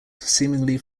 seemingly